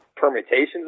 permutations